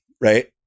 right